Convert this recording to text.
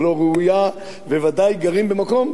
וודאי גרים במקום בלי שהוזמנו לכך.